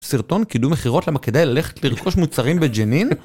סרטון קידום מכירות למה כדאי ללכת לרכוש מוצרים בג'נין?